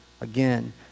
again